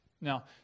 Now